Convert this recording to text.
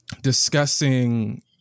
discussing